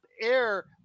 air